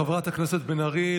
תודה לחברת הכנסת בן ארי.